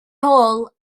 hôl